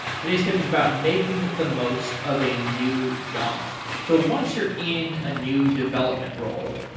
today's tip is about making the most of a new job so once you're in a new development role,